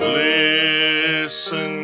listen